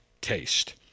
taste